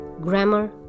grammar